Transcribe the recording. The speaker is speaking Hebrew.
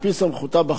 על-פי סמכותה בחוק.